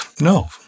no